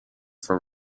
from